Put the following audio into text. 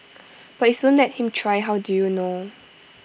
but if you don't let him try how do you know